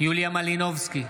יוליה מלינובסקי,